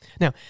Now